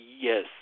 Yes